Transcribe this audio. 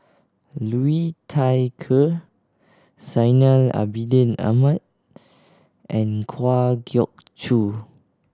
Liu Thai Ker Zainal Abidin Ahmad and Kwa Geok Choo